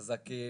חזקים,